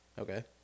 Okay